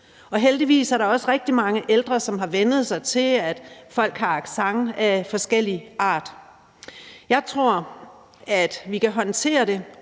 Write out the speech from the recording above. Heldigvis er der også rigtig mange ældre, som har vænnet sig til, at folk har accent af forskellig art. Jeg tror, at vi kan håndtere det,